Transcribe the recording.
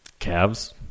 Cavs